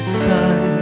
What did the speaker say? sun